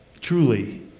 truly